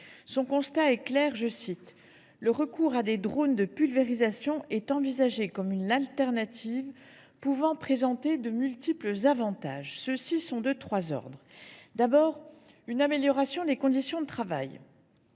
l’Agence est clair :« Le recours à des drones de pulvérisation est envisagé comme une alternative pouvant présenter de multiples avantages. » Ceux ci sont de trois ordres. D’abord, les drones permettent une amélioration des conditions de travail.